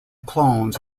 clones